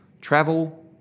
Travel